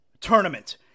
Tournament